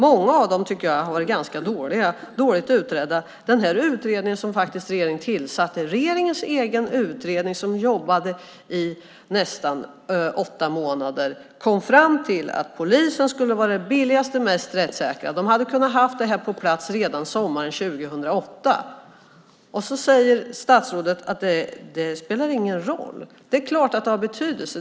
Många av dem tycker jag har varit ganska dåliga och dåligt utredda. Regeringens egen utredning som jobbade i nästan åtta månader kom fram till att polisen skulle vara det billigaste och mest rättssäkra. Den hade kunnat ha det här på plats redan sommaren 2008. Statsrådet säger att det inte spelar någon roll. Det är klart att det har betydelse.